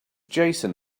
jason